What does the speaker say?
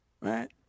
Right